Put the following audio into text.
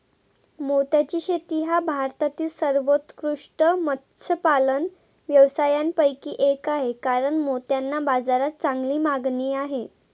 मोत्याची शेती हा भारतातील सर्वोत्कृष्ट मत्स्यपालन व्यवसायांपैकी एक आहे कारण मोत्यांना बाजारात चांगली मागणी आहे